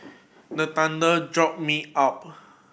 the thunder jolt me up